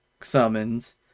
summons